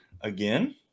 again